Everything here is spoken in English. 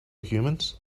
humans